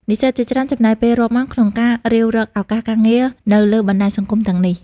និស្សិតជាច្រើនចំណាយពេលរាប់ម៉ោងក្នុងការរាវរកឱកាសការងារនៅលើបណ្ដាញសង្គមទាំងនេះ។